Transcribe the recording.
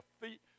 feet